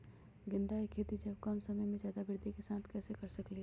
गेंदा के खेती हम कम जगह में ज्यादा वृद्धि के साथ कैसे कर सकली ह?